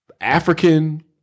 African